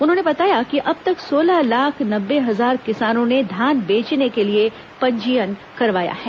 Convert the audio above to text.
उन्होंने बताया कि अब तक सोलह लाख नब्बे हजार किसानों ने धान बेचने के लिए पंजीयन करवाया है